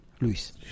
Luis